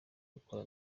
gukora